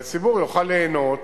והציבור יוכל ליהנות,